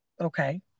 Okay